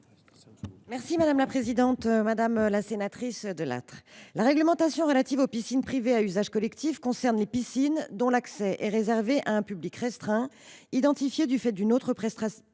est à Mme la secrétaire d’État. Madame la sénatrice Delattre, la réglementation relative aux piscines privées à usage collectif concerne les piscines dont l’accès est réservé à un public restreint identifié du fait d’une autre prestation